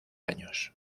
años